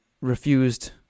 refused